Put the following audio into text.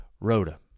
Rhoda